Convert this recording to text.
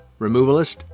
removalist